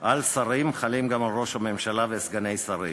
על שרים חלים גם על ראש הממשלה וסגני שרים.